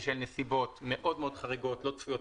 בשל נסיבות מאוד חריגות, לא צפויות.